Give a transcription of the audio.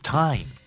time